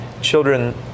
children